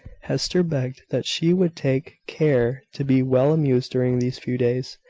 hester begged that she would take care to be well amused during these few days.